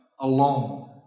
alone